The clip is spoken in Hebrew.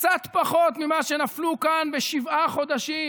קצת פחות ממה שנפלו כאן בשבעת החודשים